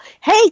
hey